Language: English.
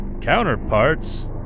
Counterparts